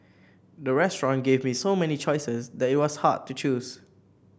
the restaurant gave me so many choices that it was hard to choose